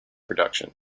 production